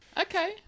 okay